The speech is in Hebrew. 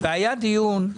היה דיון על